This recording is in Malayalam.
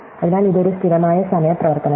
അതിനാൽ ഇത് ഒരു സ്ഥിരമായ സമയ പ്രവർത്തനമാണ്